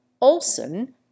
Olson